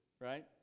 Right